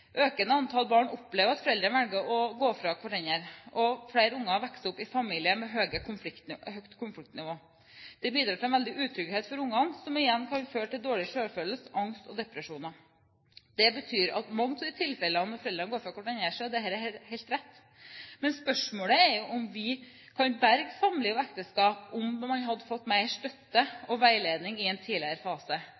økende antall barn opplever at foreldre velger å gå fra hverandre, og flere unger vokser opp i familier med høyt konfliktnivå. Dette bidrar til en veldig utrygghet for barna, som igjen kan føre til dårlig selvfølelse, angst og depresjoner. Det betyr at i mange av de tilfellene hvor foreldrene går fra hverandre, er jo dette helt rett. Men spørsmålet er jo om vi kan berge samlivet og ekteskapet om de hadde fått mer støtte